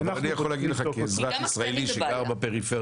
אבל אני יכול להגיד לך כאזרח ישראלי שגר בפריפריה,